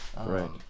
Right